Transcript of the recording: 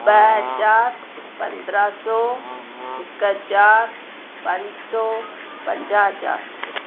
ॿ हज़ार पंद्रहं सौ हिकु हज़ार पंज सौ पंजाहु हज़ार